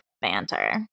banter